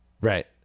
Right